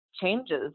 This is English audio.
changes